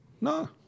No